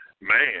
man